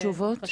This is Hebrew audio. קיבלת תשובות?